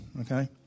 okay